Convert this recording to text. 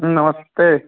नमस्ते